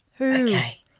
okay